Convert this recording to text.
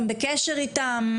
הם בקשר איתם.